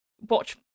watch